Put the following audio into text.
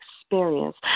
experience